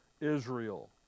Israel